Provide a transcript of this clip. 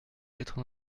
quatre